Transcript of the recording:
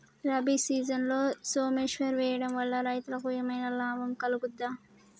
రబీ సీజన్లో సోమేశ్వర్ వేయడం వల్ల రైతులకు ఏమైనా లాభం కలుగుద్ద?